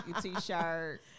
t-shirt